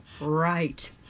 Right